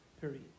period